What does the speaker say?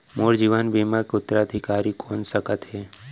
मोर जीवन बीमा के उत्तराधिकारी कोन सकत हे?